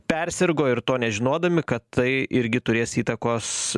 persirgo ir to nežinodami kad tai irgi turės įtakos